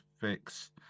fix